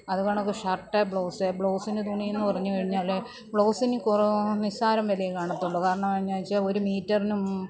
അത് കണക്ക് shirt blouse ബ്ലൗസിന് തുണി എന്ന് പറഞ്ഞു കഴിഞ്ഞാല് ബ്ലൗസിന് കുറെ നിസ്സാരം വിലയേ കാണത്തുള്ളൂ കാരണം എന്നാന്നു വെച്ചാൽ ഒരു മീറ്ററിന്